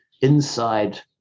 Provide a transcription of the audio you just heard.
inside